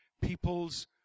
people's